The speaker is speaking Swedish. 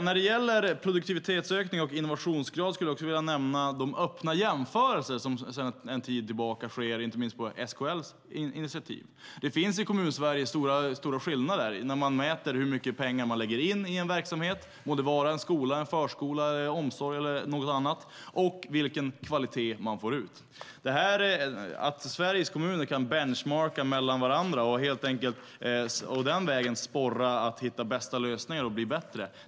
När det gäller produktivitetsökning och innovationsgrad skulle jag också vilja nämna de öppna jämförelser som sedan en tid tillbaka sker, inte minst på SKL:s initiativ. Det finns i Kommunsverige stora skillnader när man mäter hur mycket pengar som man lägger in i en verksamhet, till exempel skola, förskola, omsorg eller något annat, och vilken kvalitet man får ut. Att Sveriges kommuner kan "benchmarka" sinsemellan och den vägen sporra varandra att hitta de bästa lösningarna och bli bättre.